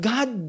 God